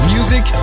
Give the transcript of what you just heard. Music